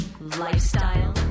lifestyle